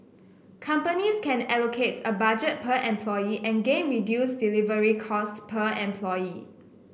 companies can allocate a budget per employee and gain reduced delivery cost per employee